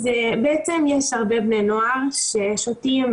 בעצם יש הרבה בני נוער ששותים,